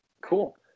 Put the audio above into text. Cool